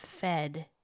fed